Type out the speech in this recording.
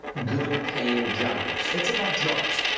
good-paying jobs. it's about jobs.